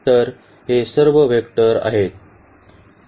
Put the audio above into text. तर हे सर्व वेक्टर आहेत